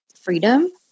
freedom